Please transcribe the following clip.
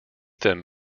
them